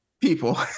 people